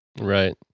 Right